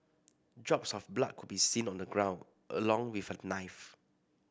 drops of blood could be seen on the ground along with a knife